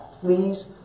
Please